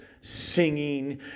singing